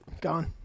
gone